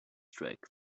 streak